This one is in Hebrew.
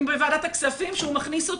אם בוועדת הכספים שהוא מכניס אותי,